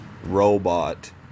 robot